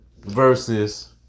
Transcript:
versus